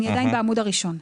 אני עדיין בעמוד הראשון.